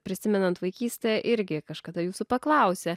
prisimenant vaikystę irgi kažkada jūsų paklausė